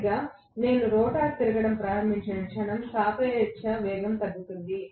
సరిగ్గా కానీ రోటర్ తిరగడం ప్రారంభించిన క్షణం సాపేక్ష వేగం తగ్గుతుంది